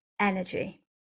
energy